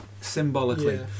symbolically